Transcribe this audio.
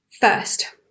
first